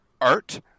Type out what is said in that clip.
art